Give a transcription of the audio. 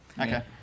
Okay